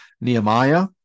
Nehemiah